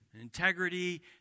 integrity